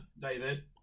David